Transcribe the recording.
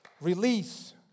Release